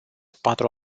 patru